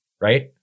right